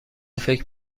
فکر